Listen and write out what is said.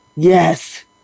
Yes